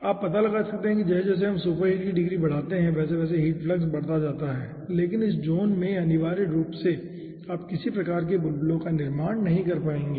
आप पता लगा सकते हैं कि जैसे जैसे हम सुपरहीट की डिग्री बढ़ाते हैं वैसे वैसे हीट फ्लक्स बढ़ता जाता है लेकिन इस ज़ोन में अनिवार्य रूप से आप किसी प्रकार के बुलबुलो का निर्माण नहीं पाएंगे